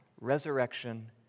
resurrection